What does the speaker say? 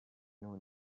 know